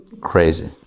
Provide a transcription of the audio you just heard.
Crazy